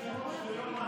היושב-ראש, ולא מה?